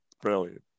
brilliant